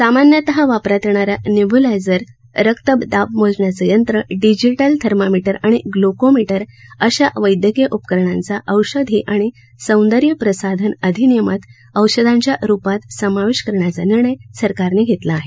सामान्यतः वापरात येणाऱ्या नेब्युलायझर रक्तदाब मोजण्याचं यंत्र डिजिटल थर्मामीटर आणि ग्लूकोमीटर अशा वैद्यकीय उपकरणांचा औषधी आणि सौंदर्य प्रसाधन अधिनियमात औषधांच्या रुपात समावेश करण्याचा निर्णय सरकारनं घेतला आहे